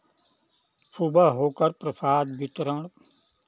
सुबह होकर प्रसाद वितरण